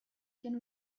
can